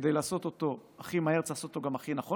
כדי לעשות אותו הכי מהר צריך לעשות אותו גם הכי נכון,